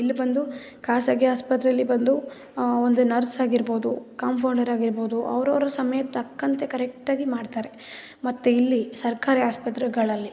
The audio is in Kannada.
ಇಲ್ಲಿ ಬಂದು ಖಾಸಗಿ ಆಸ್ಪತ್ರೆಯಲ್ಲಿ ಬಂದು ಒಂದು ನರ್ಸ್ ಆಗಿರ್ಬೋದು ಕಾಂಪೌಂಡರ್ ಆಗಿರ್ಬೋದು ಅವರವರ ಸಮಯಕ್ಕೆ ತಕ್ಕಂತೆ ಕರೆಕ್ಟಾಗಿ ಮಾಡ್ತಾರೆ ಮತ್ತು ಇಲ್ಲಿ ಸರ್ಕಾರಿ ಆಸ್ಪತ್ರೆಗಳಲ್ಲಿ